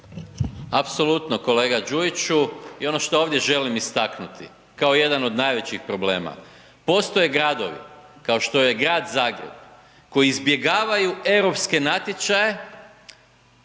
Apsolutno kolega Đujiću i ono što ovdje želim istaknuti kao jedan od najvećih problema, postoje gradovi, kao što je Grad Zagreb koji izbjegavaju europske natječaje,